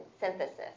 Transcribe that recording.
synthesis